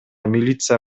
милиция